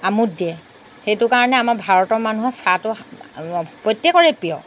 আমোদ দিয়ে সেইটো কাৰণে আমাৰ ভাৰতৰ মানুহৰ চাহটো প্ৰত্যেকৰে প্ৰিয়